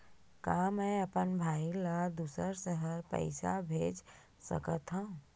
का मैं अपन भाई ल दुसर शहर पईसा भेज सकथव?